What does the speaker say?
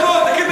תכיר ביישובים,